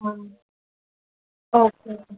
ஆ okay